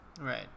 Right